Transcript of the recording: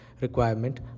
requirement